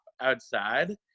outside